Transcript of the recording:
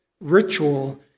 ritual